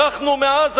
ברחנו מעזה,